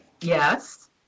Yes